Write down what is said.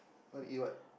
want to eat what